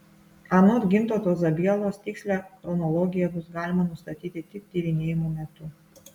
anot gintauto zabielos tikslią chronologiją bus galima nustatyti tik tyrinėjimų metu